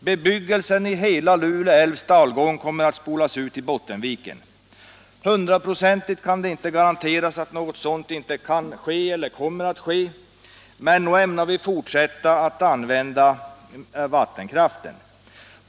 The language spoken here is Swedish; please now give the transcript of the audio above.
Bebyggelsen i hela Lule älvs dalgång skulle spolas ut i Bottenviken. Hundraprocentigt kan det inte garanteras att något sådant inte kommer att hända, men nog ämnar vi fortsätta med användningen av vattenkraft.